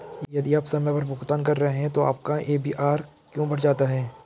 यदि आप समय पर भुगतान कर रहे हैं तो आपका ए.पी.आर क्यों बढ़ जाता है?